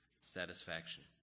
satisfaction